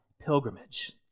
pilgrimage